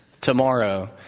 tomorrow